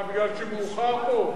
מה, בגלל שמאוחר פה?